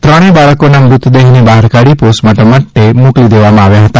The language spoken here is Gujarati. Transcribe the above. ત્રણેય બાળકોના મૃતદેહને બહાર કાઢી પોસ્ટમોર્ટમ માટે મોકલી દેવામાં આવ્યા હતા